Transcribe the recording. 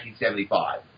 1975